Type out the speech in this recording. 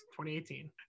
2018